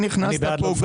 אני בעד לא לפקח בכלל.